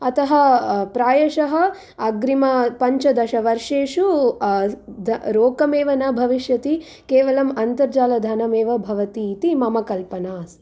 अतः प्रायशः अग्रिम पञ्चदशवर्षेषु रोकमेव न भविष्यति केवलम् अन्तर्जालधनम् एव भवति इति मम कल्पना अस्ति